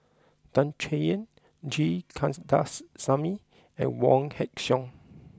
Tan Chay Yan G Kandasamy and Wong Heck Sing